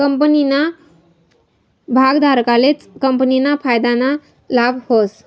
कंपनीना भागधारकलेच कंपनीना फायदाना लाभ व्हस